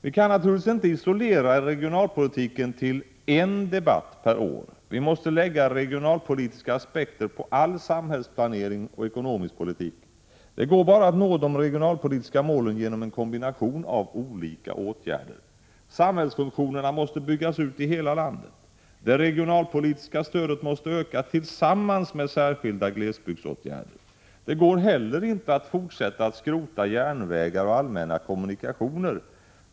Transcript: Vi kan naturligtvis inte isolera regionalpolitiken till en enda debatt per år. Vi måste lägga regionalpolitiska aspekter på all samhällsplanering och all ekonomisk politik. Det går bara att nå de regionalpolitiska målen genom en kombination av olika åtgärder. Samhällsfunktionerna måste byggas ut i hela landet, och det regionalpolitiska stödet måste öka tillsammans med särskilda glesbygdsåtgärder. Det går heller inte att fortsätta att skrota järnvägar och allmänna kommunikationer.